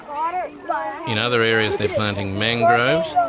um in other areas they're planting mangroves,